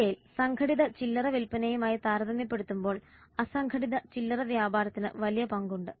ഇന്ത്യയിൽ സംഘടിത ചില്ലറ വിൽപ്പനയുമായി താരതമ്യപ്പെടുത്തുമ്പോൾ അസംഘടിത ചില്ലറവ്യാപാരത്തിന് വലിയ പങ്കുണ്ട്